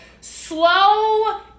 slow